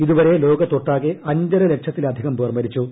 ഇതുവരെ ലോകത്തൊട്ടാകെ അഞ്ചര ലക്ഷത്തിലധികം പേർ മരിച്ചു